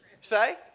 say